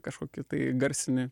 kažkokį tai garsinį